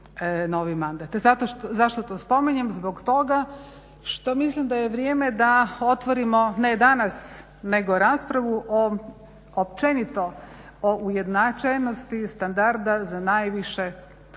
novi mandat. Zašto to spominjem? Zbog toga što mislim da je vrijeme da otvorimo ne danas, nego raspravu o općenito o ujednačenosti standarda za najviše dužnosti